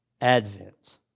advent